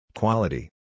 Quality